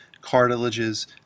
cartilages